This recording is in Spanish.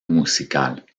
musical